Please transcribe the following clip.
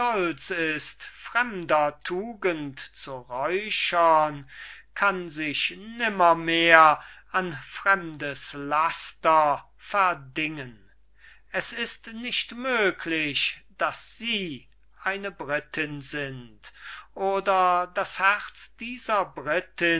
ist fremder tugend zu räuchern kann sich nimmermehr an fremdes laster verdingen es ist nicht möglich daß sie eine brittin sind oder das herz dieser brittin